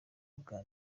ubwa